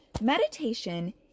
Meditation